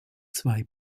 zwei